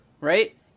right